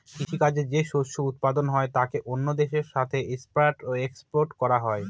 কৃষি কাজে যে শস্য উৎপাদন হয় তাকে অন্য দেশের সাথে ইম্পোর্ট এক্সপোর্ট করা হয়